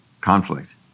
conflict